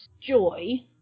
joy